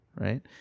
right